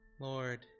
Lord